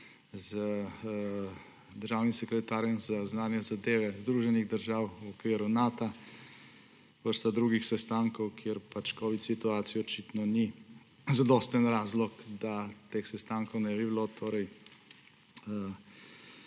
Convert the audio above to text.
z državnim sekretarjem za zunanje zadeve Združenih držav v okviru Nata, vrsta drugih sestankov, kjer covid situacija očitno ni zadosten razlog, da teh sestankov ne bi bilo.